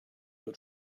your